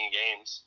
games